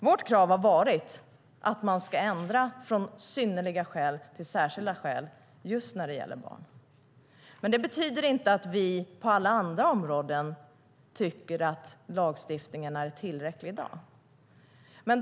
Vårt krav har varit att man ska ändra från "synnerliga skäl" till "särskilda skäl" just när det gäller barn. Det betyder dock inte att vi på alla andra områden tycker att lagstiftningen är tillräcklig i dag.